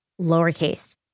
lowercase